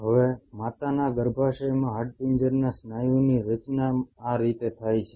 હવે માતાના ગર્ભાશયમાં હાડપિંજરના સ્નાયુની રચના આ રીતે થાય છે